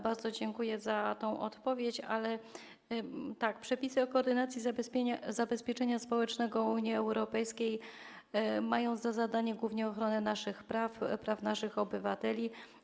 Bardzo dziękuję za tę odpowiedź, ale tak: przepisy o koordynacji zabezpieczenia społecznego Unii Europejskiej mają za zadanie głównie ochronę naszych praw, praw naszych obywateli.